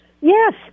Yes